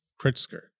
Pritzker